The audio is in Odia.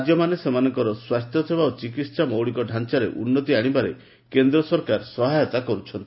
ରାଜ୍ୟମାନେ ସେମାନଙ୍କର ସ୍ପାସ୍ଥ୍ୟସେବା ଓ ଚିକିତ୍ସା ମୌଳିକ ଢ଼ାଞାରେ ଉନ୍ନତି ଆଶିବାରେ କେନ୍ଦ୍ର ସରକାର ସହାୟତା କରୁଛନ୍ତି